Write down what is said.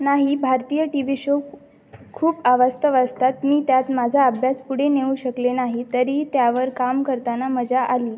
नाही भारतीय T V show खूप अवास्तव असतात मी त्यात माझा अभ्यास पुढे नेऊ शकले नाही तरी त्यावर काम करताना मजा आली